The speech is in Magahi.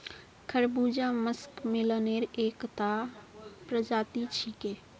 खरबूजा मस्कमेलनेर एकता प्रजाति छिके